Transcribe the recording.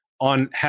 on